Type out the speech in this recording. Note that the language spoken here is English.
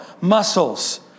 muscles